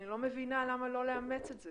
אני לא מבינה למה לא לאמץ את זה.